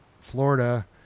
Florida